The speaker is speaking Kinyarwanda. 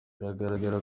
biragaragara